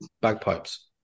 Bagpipes